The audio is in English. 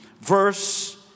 verse